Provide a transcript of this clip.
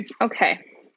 Okay